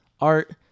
art